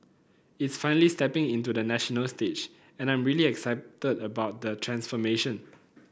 it's finally stepping into the national stage and I'm really excited about the transformation